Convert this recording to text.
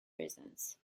reasons